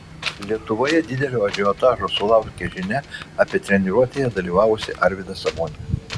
lietuvoje didelio ažiotažo sulaukė žinia apie treniruotėje dalyvavusį arvydą sabonį